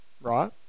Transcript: Right